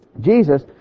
Jesus